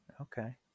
Okay